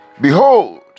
Behold